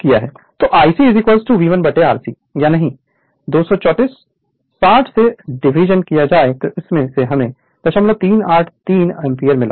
तो Ic V1 Rc या नहीं 234 60 से डिवाइड किया गया जिससे 0383 एम्पीयर मिला